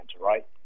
right